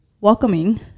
welcoming